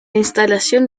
instalación